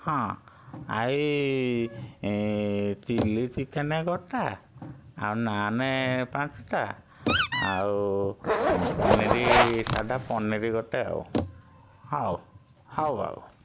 ହଁ ଆ ଏ ଚି଼ଲ୍ଲୀ ଚିକେନ୍ ଗୋଟା ଆଉ ନାନ୍ ପାଞ୍ଚ ଟା ଆଉ ପନିର୍ ସାଧା ପନିର୍ ଗୋଟେ ଆଉ ହଉ ହଉ